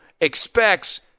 expects